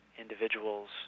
individuals